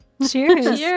Cheers